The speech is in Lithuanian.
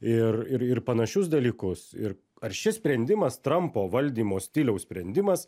ir ir ir panašius dalykus ir ar šis sprendimas trampo valdymo stiliaus sprendimas